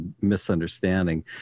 misunderstanding